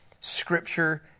scripture